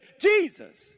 Jesus